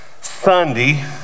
Sunday